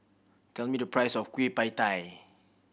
tell me the price of Kueh Pie Tai